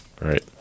right